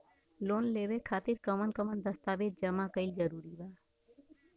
Loan लेवे खातिर कवन कवन दस्तावेज जमा कइल जरूरी बा?